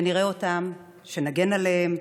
שנראה אותם, שנגן עליהם,